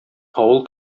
авыл